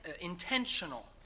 intentional